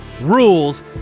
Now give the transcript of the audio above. Rules